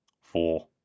four